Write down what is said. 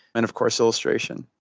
and of course illustration.